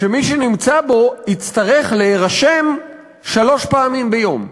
שמי שנמצא בו יצטרך להירשם שלוש פעמים ביום.